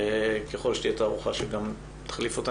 ככל שתהיה גם תערוכה שתחליף אותה.